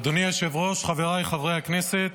אדוני היושב-ראש, חבריי חברי הכנסת,